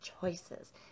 choices